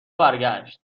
برگشت